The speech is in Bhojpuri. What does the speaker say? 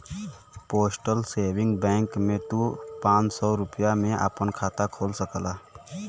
पोस्टल सेविंग बैंक में तू पांच सौ रूपया में आपन खाता खोल सकला